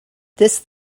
this